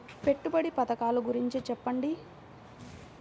పెట్టుబడి పథకాల గురించి చెప్పండి?